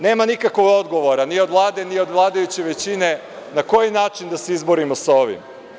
Nema nikakvog odgovora ni od Vlade ni od vladajuće većine na koji način da se izborimo sa ovim.